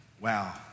Wow